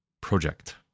Project